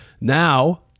Now